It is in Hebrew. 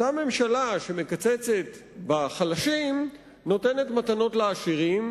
אותה ממשלה שמקצצת לחלשים נותנת מתנות לעשירים.